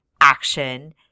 action